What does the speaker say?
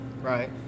Right